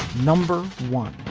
number one.